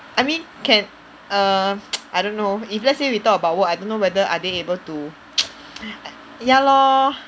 I mean can err I don't know if let's say we talk about work I don't know whether are they able to ya lor